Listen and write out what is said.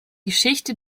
geschichte